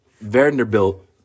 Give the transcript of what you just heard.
Vanderbilt